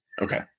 Okay